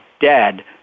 dead